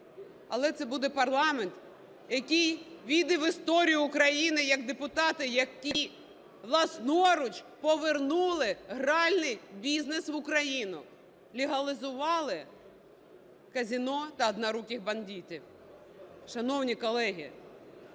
Але це буде парламент, який увійде в історію України як депутати, які власноруч повернули гральний бізнес в Україну, легалізували казино та "одноруких бандитів."